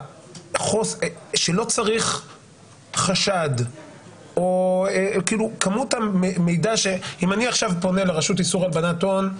שלא צריך חשד או אם אני עכשיו פונה לרשות להלבנת הון,